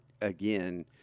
again